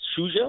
Suja